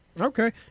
Okay